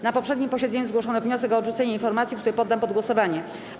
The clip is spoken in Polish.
Na poprzednim posiedzeniu zgłoszono wniosek o odrzucenie informacji, który poddam pod głosowanie.